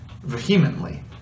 vehemently